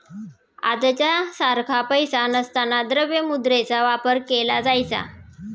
आजच्या सारखा पैसा नसताना द्रव्य मुद्रेचा वापर केला जायचा